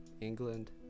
England